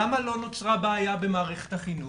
למה לא נוצרה בעיה במערכת החינוך?